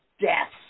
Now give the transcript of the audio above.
deaths